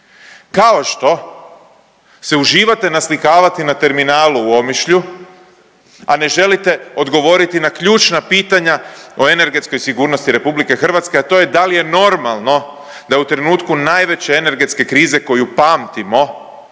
Kao što se uživate naslikavati na terminalu u Omišlju, a ne želite odgovoriti na ključna pitanja o energetskoj sigurnosti Republike Hrvatske, a to je da li je normalno da u trenutku najveće energetske krize koju pamtimo